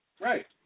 right